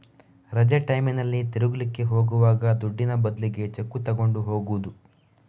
ರಜೆ ಟೈಮಿನಲ್ಲಿ ತಿರುಗ್ಲಿಕ್ಕೆ ಹೋಗುವಾಗ ದುಡ್ಡಿನ ಬದ್ಲಿಗೆ ಚೆಕ್ಕು ತಗೊಂಡು ಹೋಗುದು